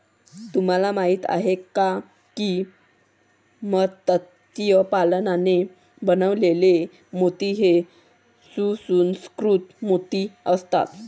तुम्हाला माहिती आहे का की मत्स्य पालनाने बनवलेले मोती हे सुसंस्कृत मोती असतात